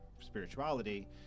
spirituality